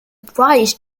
prize